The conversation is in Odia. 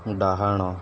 ଡାହାଣ